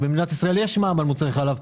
במדינת ישראל יש מע"מ על מוצרי חלב.